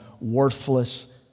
worthless